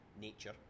nature